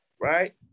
right